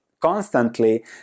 constantly